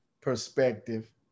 perspective